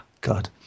God